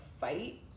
fight